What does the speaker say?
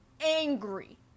angry